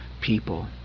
people